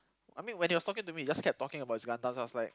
I mean when he was talking to me he just kept talking about his Gundams I was like